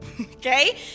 Okay